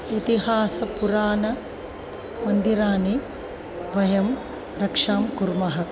इतिहासपुराण मन्दिराणि वयं रक्षां कुर्मः